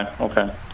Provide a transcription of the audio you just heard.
okay